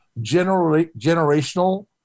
generational